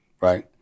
right